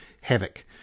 havoc